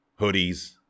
hoodies